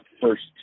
first